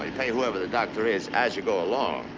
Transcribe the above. pay whoever the doctor is as you go along.